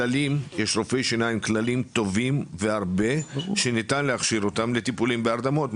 יש הרבה רופאי שיניים כלליים טובים שניתן להכשיר אותם לטיפול בהרדמות.